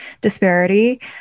disparity